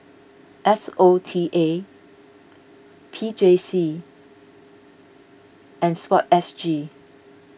S O T A P J C and Sport S G